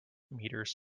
meters